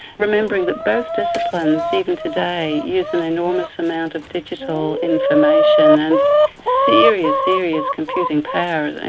remembering that both disciplines, even today, use an enormous amount of digital information and serious, serious computing power,